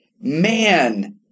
Man